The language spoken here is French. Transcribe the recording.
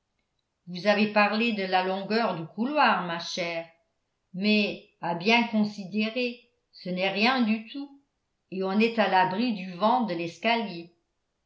vous avez parlé de la longueur du couloir ma chère mais à bien considérer ce n'est rien du tout et on est à l'abri du vent de l'escalier